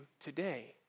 today